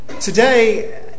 Today